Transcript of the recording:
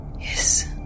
Yes